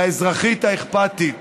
ולאזרחית האכפתית